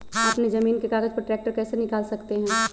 अपने जमीन के कागज पर ट्रैक्टर कैसे निकाल सकते है?